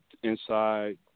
Inside